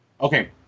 Okay